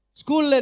School